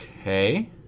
Okay